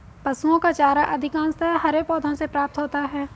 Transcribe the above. पशुओं का चारा अधिकांशतः हरे पौधों से प्राप्त होता है